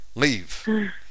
leave